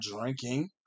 drinking